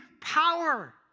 power